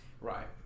Right